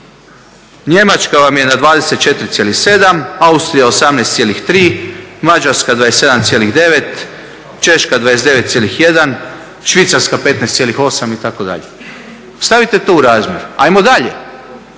Njemačka vam je na 24,7, Austrija 18,3, Mađarska 27,9, Češka 29,1, Švicarska 15,8 itd. stavite to u razmjer. Ajmo dalje,